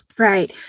Right